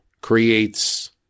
creates